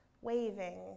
waving